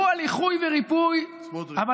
דברו על איחוי וריפוי, סמוטריץ', סמוטריץ', זהו.